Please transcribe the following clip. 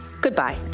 Goodbye